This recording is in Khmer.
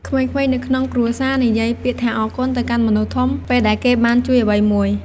ក្មេងៗនៅក្នុងគ្រួសារនិយាយពាក្យថាអរគុណទៅកាន់មនុស្សធំ ពេលដែលគេបានជួយអ្វីមួយ។